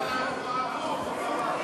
ביום המנוחה השבועי ובחג, התשע"ה 2015, לא אושרה.